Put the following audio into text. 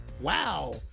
wow